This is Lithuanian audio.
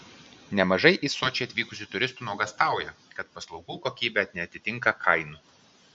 nemažai į sočį atvykusių turistų nuogąstauja kad paslaugų kokybė neatitinka kainų